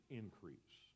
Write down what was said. increase